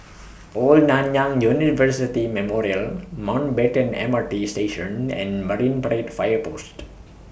Old Nanyang University Memorial Mountbatten M R T Station and Marine Parade Fire Post